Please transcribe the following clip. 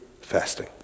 fasting